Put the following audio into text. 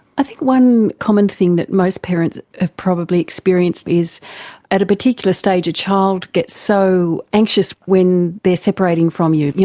i think one common thing that most parents have probably experienced is at a particular stage a child gets so anxious when they are separating from you. you